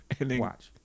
Watch